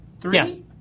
three